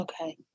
Okay